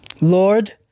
Lord